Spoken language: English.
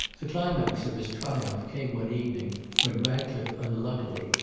the climax of his triumph came one evening when ratcliffe unluckily,